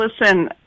Listen